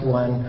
one